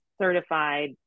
certified